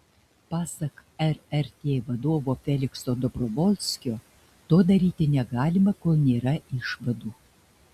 pasak rrt vadovo felikso dobrovolskio to daryti negalima kol nėra išvadų